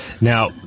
Now